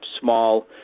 small